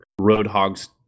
Roadhog's